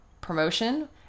promotion